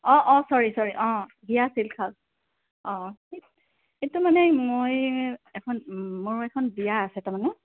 অঁ অঁ চৰি চৰি অঁ হিয়া চিল্ক হাউচ অঁ এইটো মানে মই এখন মোৰ এখন বিয়া আছে তাৰমানে